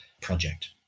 project